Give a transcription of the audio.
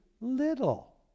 little